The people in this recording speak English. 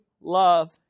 love